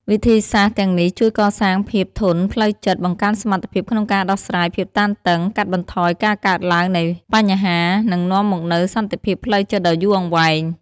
វិធីសាស្ត្រទាំងនេះជួយកសាងភាពធន់ផ្លូវចិត្ត បង្កើនសមត្ថភាពក្នុងការដោះស្រាយភាពតានតឹង កាត់បន្ថយការកើតឡើងវិញនៃបញ្ហា និងនាំមកនូវសន្តិភាពផ្លូវចិត្តដ៏យូរអង្វែង។